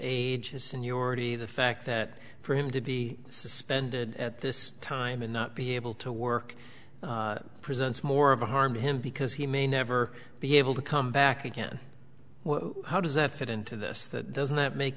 already the fact that for him to be suspended at this time and not be able to work presents more of a harm him because he may never be able to come back again how does that fit into this that doesn't that make